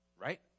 Right